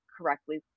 correctly